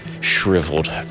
shriveled